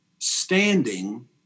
standing